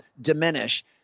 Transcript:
diminish